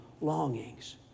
longings